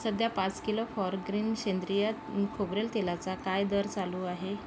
सध्या पाच किलो फॉरग्रीन सेंद्रिय खोबरेल तेलाचा काय दर चालू आहे